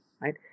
right